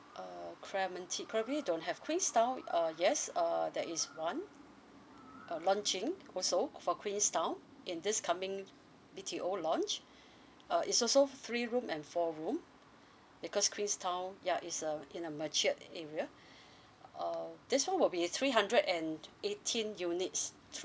uh clementi probably don't have queenstown uh yes err there is one um launching also for queenstown in this coming B_T_O launch uh is also three room and four room because queenstown ya is a in a matured area uh this one will be three hundred and eighteen units